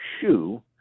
shoe